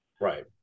right